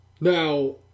Now